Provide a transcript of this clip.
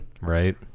Right